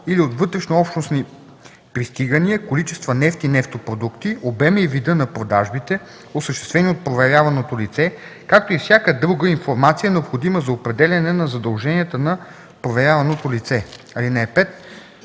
или от вътрешнообщностни пристигания количества нефт и нефтопродукти, обема и вида на продажбите, осъществени от проверяваното лице, както и всяка друга информация, необходима за определяне на задълженията на проверяваното лице. (5)